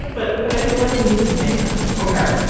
ah but but i feel like we need to name them. ok,